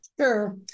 Sure